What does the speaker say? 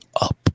up